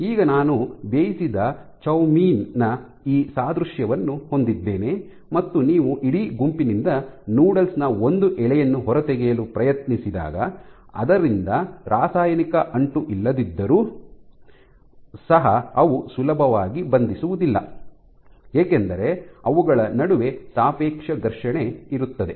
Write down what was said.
ಈಗ ನಾನು ಬೇಯಿಸಿದ ಚೌಮೈನ್ ನ ಈ ಸಾದೃಶ್ಯವನ್ನು ಹೊಂದಿದ್ದೇನೆ ಮತ್ತು ನೀವು ಇಡೀ ಗುಂಪಿನಿಂದ ನೂಡಲ್ಸ್ ನ ಒಂದು ಎಳೆಯನ್ನು ಹೊರತೆಗೆಯಲು ಪ್ರಯತ್ನಿಸಿದಾಗ ಆದ್ದರಿಂದ ರಾಸಾಯನಿಕ ಅಂಟು ಇಲ್ಲದಿದ್ದರೂ ಸಹ ಅವು ಸುಲಭವಾಗಿ ಬಂಧಿಸುವುದಿಲ್ಲ ಏಕೆಂದರೆ ಅವುಗಳ ನಡುವೆ ಸಾಪೇಕ್ಷ ಘರ್ಷಣೆ ಇರುತ್ತದೆ